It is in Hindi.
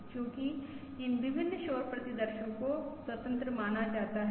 चूंकि इन विभिन्न शोर प्रतिदर्शो को स्वतंत्र माना जाता है